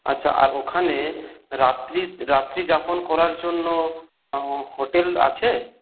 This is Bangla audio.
আচ্ছা আর ওখানে রাত্রি রাত্রিযাপন করার জন্য হোটেল আছে